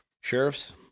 Sheriffs